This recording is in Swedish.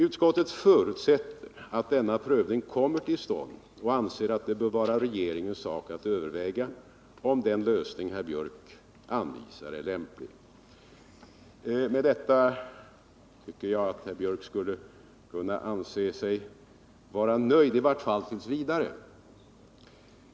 Utskottet förutsätter att denna prövning kommer till stånd och anser att det bör vara regeringens sak att överväga om den lösning herr Biörck anvisar är lämplig. Med detta tycker jag att herr Biörck skulle kunna anse sig nöjd — i vart fall t. v.